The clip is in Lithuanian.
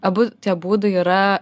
abu tie būdai yra